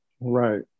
Right